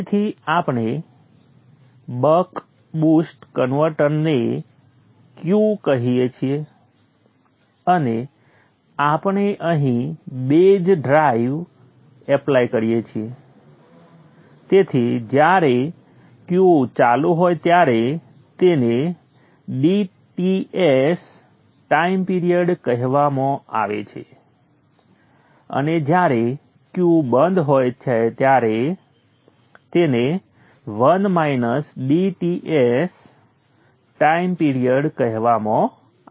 ફરીથી આપણે buck boost converter ને Q કહીએ છીએ અને આપણે અહીં બેઝ ડ્રાઇવ એપ્લાય કરીએ છીએ તેથી જ્યારે Q ચાલુ હોય ત્યારે તેને dTs ટાઈમ પિરિયડ કહેવામાં આવે છે અને જ્યારે Q બંધ હોય ત્યારે તેને 1 dTs ટાઈમ પિરિયડ કહેવામાં આવે છે